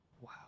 Wow